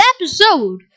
episode